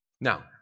Now